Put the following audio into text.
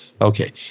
Okay